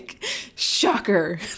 shocker